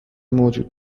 موجود